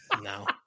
No